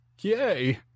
Yay